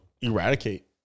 eradicate